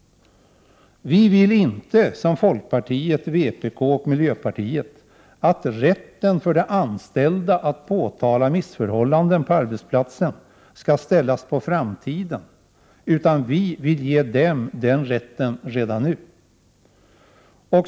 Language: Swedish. Vi vill inte, som folkpartiet, vpk och miljöpartiet, att rätten för de anställda att påtala missförhållanden på arbetsplatsen skall ställas på framtiden. Vi vill ge dem den rätten redan nu.